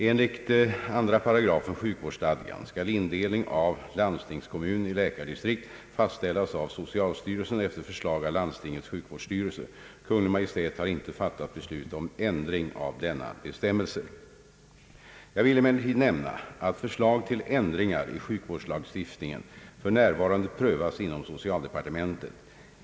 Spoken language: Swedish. Enligt 2 § sjukvårdsstadgan skall indelning av landstingskommun i läkardistrikt fastställas av socialstyrelsen efter förslag av landstingets sjukvårdsstyrelse. Kungl. Maj:t har inte fattat beslut om ändring av denna bestämmelse. Jag vill emellertid nämna att förslag till ändringar i sjukvårdslagstiftningen f. n. prövas inom socialdepartementet.